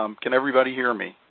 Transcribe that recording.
um can everybody hear me?